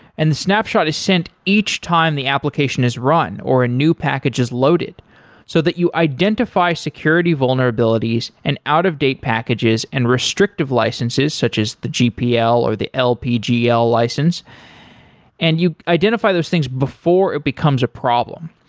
and a snapshot is sent each time the application is run or a new package is loaded so that you identify security vulnerabilities and out-of-date packages and restrictive licenses, such as the gpl or the lpgl license and you identify those things before it becomes a problem.